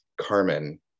Carmen